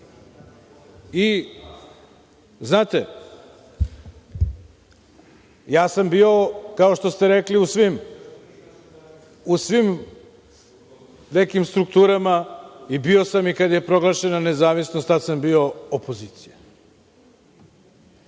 se. Znate, bio sam, kao što ste rekli u svim nekim strukturama i bio sam kada je proglašena nezavisnost i tada sam bio opozicija.